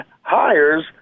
hires